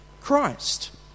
Christ